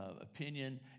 opinion